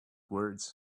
words